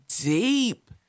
deep